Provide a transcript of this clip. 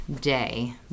day